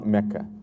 Mecca